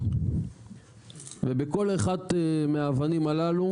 ובכל אחת מהאבנים הללו,